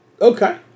Okay